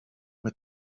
mit